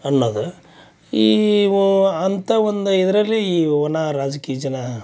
ಅನ್ನೊದು ಈ ಓ ಅಂತ ಒಂದು ಇದರಲ್ಲಿ ಈ ಒನಾ ರಾಜ್ಕೀಯ ಜನ